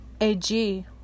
ag